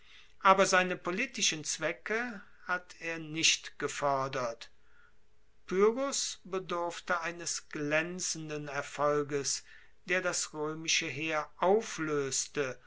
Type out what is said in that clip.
aber seine politischen zwecke hat er nicht gefoerdert pyrrhos bedurfte eines glaenzenden erfolges der das roemische heer aufloeste